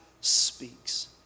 speaks